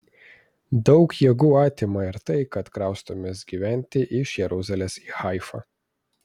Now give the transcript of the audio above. daug jėgų atima ir tai kad kraustomės gyventi iš jeruzalės į haifą